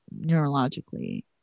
neurologically